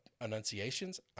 enunciations